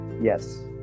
yes